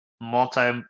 multi